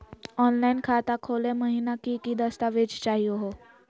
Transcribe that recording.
Online खाता खोलै महिना की की दस्तावेज चाहीयो हो?